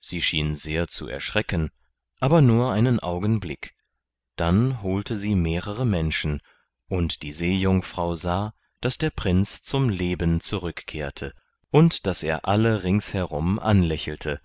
sie schien sehr zu erschrecken aber nur einen augenblick dann holte sie mehrere menschen und die seejungfrau sah daß der prinz zum leben zurückkehrte und daß er alle ringsherum anlächelte